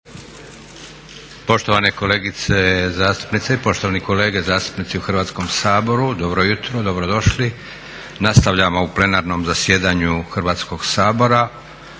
Poštovane kolegice zastupnice i poštovani kolege zastupnici u Hrvatskom saboru, dobro jutro, dobrodošli. Nastavljamo u plenarnom zasjedanju Hrvatskoga sabora